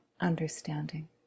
understanding